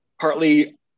partly